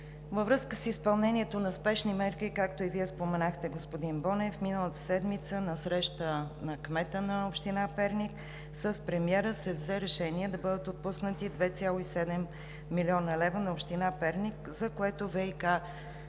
Във връзка с изпълнение на спешните мерки, както и Вие споменахте, миналата седмица на среща между кмета на община Перник и премиера се взе решение да бъдат отпуснати 2,7 млн. лв. на община Перник, за което ВиК